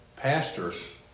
pastors